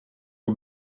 aux